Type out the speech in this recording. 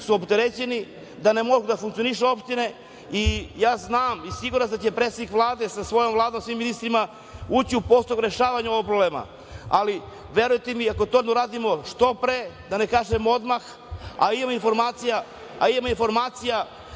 su opterećeni, da ne mogu da funkcionišu opštine. Ja znam i siguran sam da će predsednik Vlade sa svojom Vladom, svim ministrima, ući u postupak rešavanja ovog problema, ali verujte mi, ako to ne uradimo što pre, da ne kažem odmah, a imam informacija da se već formira